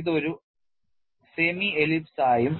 ഇത് ഒരു അർദ്ധ ദീർഘവൃത്തമായും